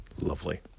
Lovely